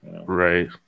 Right